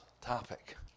topic